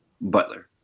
Butler